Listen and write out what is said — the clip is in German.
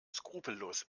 skrupellos